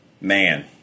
man